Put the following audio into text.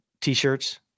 t-shirts